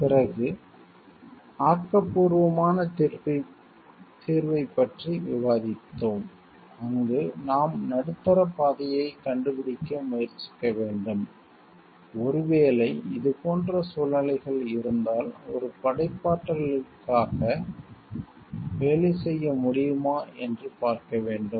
பிறகு ஆக்கப்பூர்வமான தீர்வைப் பற்றி விவாதித்தோம் அங்கு நாம் நடுத்தர பாதையைக் கண்டுபிடிக்க முயற்சிக்க வேண்டும் ஒருவேளை இதுபோன்ற சூழ்நிலைகள் இருந்தால் ஒரு படைப்பாற்றலுக்காக வேலை செய்ய முடியுமா என்று பார்க்க வேண்டும்